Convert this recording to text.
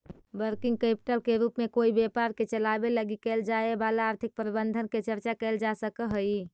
working capital के रूप में कोई व्यापार के चलावे लगी कैल जाए वाला आर्थिक प्रबंधन के चर्चा कैल जा सकऽ हई